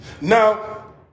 Now